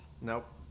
Nope